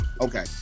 okay